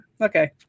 okay